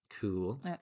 cool